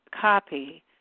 copy